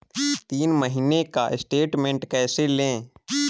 तीन महीने का स्टेटमेंट कैसे लें?